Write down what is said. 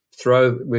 throw